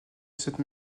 cette